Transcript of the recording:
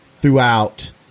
throughout